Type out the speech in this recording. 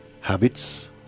Habits